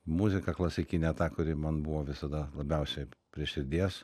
muzika klasikinė ta kuri man buvo visada labiausiai prie širdies